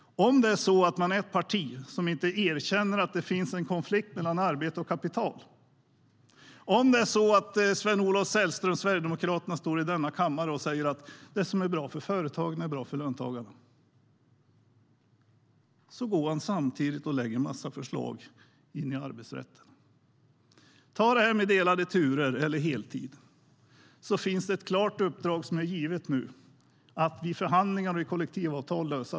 Det är ett parti som inte erkänner att det finns en konflikt mellan arbete och kapital. Sven-Olof Sällström från Sverigedemokraterna står i denna kammare och säger att det som är bra för företagen är bra för löntagarna. Samtidigt lägger de fram en massa förslag som går in i arbetsrätten. När det gäller delade turer och heltid har man nu givit ett tydligt uppdrag att lösa detta vid förhandlingar om kollektivavtal.